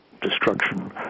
destruction